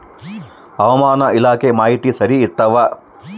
ಹವಾಮಾನ ಇಲಾಖೆ ಮಾಹಿತಿ ಸರಿ ಇರ್ತವ?